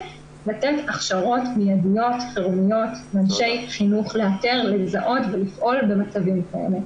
לתת הכשרות מידיות חירומיות לאנשי חינוך לאתר לזהות ולפעול במצבים כאלה.